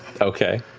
okay.